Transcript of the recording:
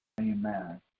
Amen